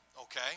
okay